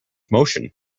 motion